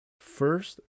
first